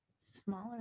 smaller